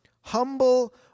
humble